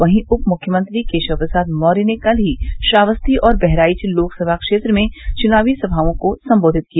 वहीं उप मुख्यनंत्री केशव प्रसाद मौर्य ने कल ही श्रावस्ती और बहराइच लोकसभा क्षेत्र में चुनावी सभाओं को संबोधित किया